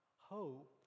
hope